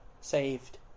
saved